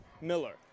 Miller